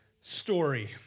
story